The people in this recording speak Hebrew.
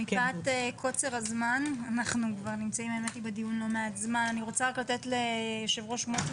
מפאת קוצר הזמן אני רוצה לתת ליושב-ראש מועצת